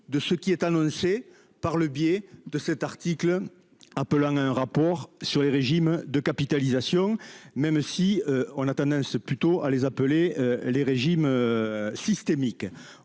de ce qui est annoncé par le biais de cet article à peu un rapport sur les régimes de capitalisation, même si on a tendance plutôt à les appeler les régimes. Systémique.